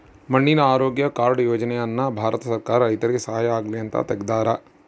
ಮಣ್ಣಿನ ಆರೋಗ್ಯ ಕಾರ್ಡ್ ಯೋಜನೆ ಅನ್ನ ಭಾರತ ಸರ್ಕಾರ ರೈತರಿಗೆ ಸಹಾಯ ಆಗ್ಲಿ ಅಂತ ತೆಗ್ದಾರ